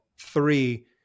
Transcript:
three